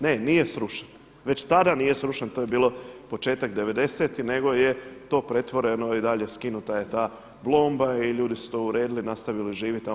Ne, nije srušen već tada nije srušen to je bilo početak 90-tih nego je to pretvoreno i dalje skinuta je ta blomba i ljudi su to uredili, nastavili živjeti tamo.